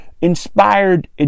inspired